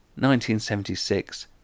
1976